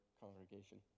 congregation